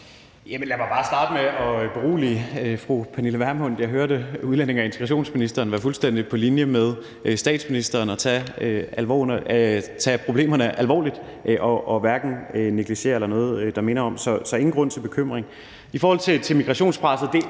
Lad mig bare starte med at berolige fru Pernille Vermund. Jeg hørte udlændinge- og integrationsministeren være fuldstændig på linje med statsministeren og tage problemerne alvorligt og hverken negligere dem eller noget, der minder om det. Så der er ingen grund til bekymring. I forhold til migrationspresset